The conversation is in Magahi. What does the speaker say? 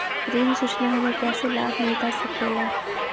ऋण सूचना हमें कैसे लाभ मिलता सके ला?